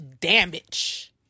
damage